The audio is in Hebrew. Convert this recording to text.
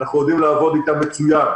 אנחנו יודעים לעבוד איתם מצוין,